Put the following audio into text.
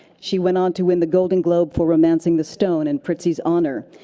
she went on to win the golden globe for romancing the stone and prizzi's honor.